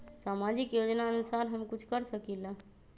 सामाजिक योजनानुसार हम कुछ कर सकील?